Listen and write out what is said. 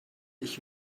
ich